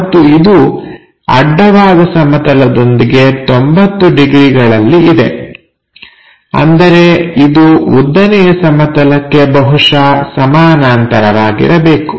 ಮತ್ತು ಇದು ಅಡ್ಡವಾದ ಸಮತಲದೊಂದಿಗೆ 30 ಡಿಗ್ರಿಗಳಲ್ಲಿ ಇದೆ ಅಂದರೆ ಇದು ಉದ್ದನೆಯ ಸಮತಲಕ್ಕೆ ಬಹುಶಃ ಸಮಾನಾಂತರವಾಗಿರಬೇಕು